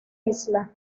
isla